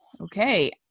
okay